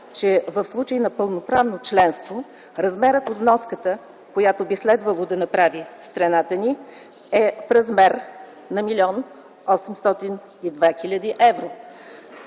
че в случай на пълноправно членство размерът на вноската, която би следвало да направи страната ни, е 1 млн. 802 хил. евро,